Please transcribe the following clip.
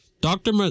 Dr